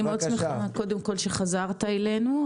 אני שמחה שחזרת אלינו.